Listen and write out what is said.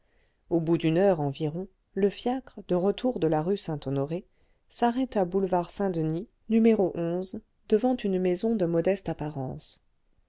au bout d'une heure environ le fiacre de retour de la rue saint-honoré s'arrêta boulevard saint-denis n devant une maison de modeste apparence